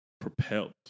propelled